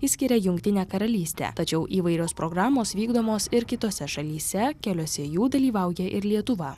išskiria jungtinę karalystę tačiau įvairios programos vykdomos ir kitose šalyse keliose jų dalyvauja ir lietuva